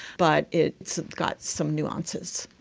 but it's got some nuances.